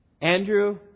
Andrew